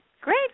great